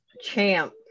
champ